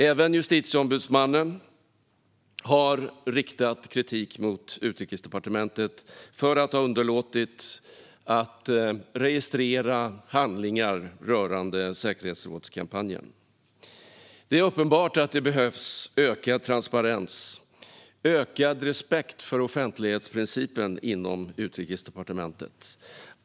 Även Justitieombudsmannen har riktat kritik mot Utrikesdepartementet för att ha underlåtit att registrera handlingar rörande säkerhetsrådskampanjen. Det är uppenbart att det behövs ökad transparens och ökad respekt för offentlighetsprincipen inom Utrikesdepartementet.